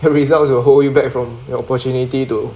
your results will hold you back from your opportunity to